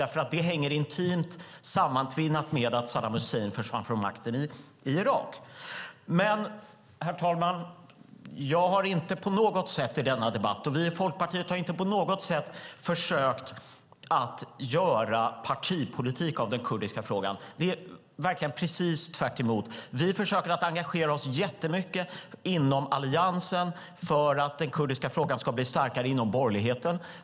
Det hänger intimt sammantvinnat med att Saddam Hussein försvann från makten i Irak. Herr talman! Jag och Folkpartiet har inte på något sätt i denna debatt försökt göra partipolitik av den kurdiska frågan. Det är verkligen precis tvärtemot. Vi försöker engagera oss jättemycket inom Alliansen för att den kurdiska frågan ska bli starkare inom borgerligheten.